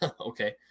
Okay